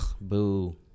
boo